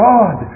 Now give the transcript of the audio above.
God